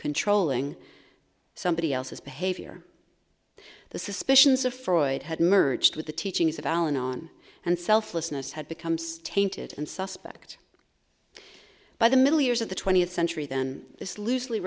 controlling somebody else's behavior the suspicions of freud had merged with the teachings of al anon and selflessness had becomes tainted and suspect by the middle years of the twentieth century then this loosely